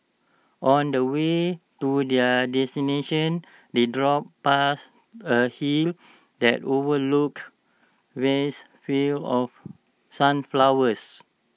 on the way to their destination they drove past A hill that overlooked vast fields of sunflowers